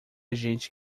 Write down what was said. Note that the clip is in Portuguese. gente